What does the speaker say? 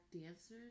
dancers